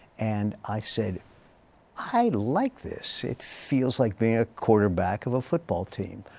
and i said i like this. it feels like being a quarterback of a football team.